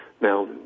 Now